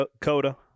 Coda